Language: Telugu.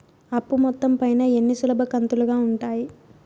అప్పు మొత్తం పైన ఎన్ని సులభ కంతులుగా ఉంటాయి?